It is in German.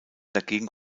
dagegen